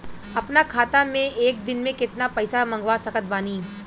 अपना खाता मे एक दिन मे केतना पईसा मँगवा सकत बानी?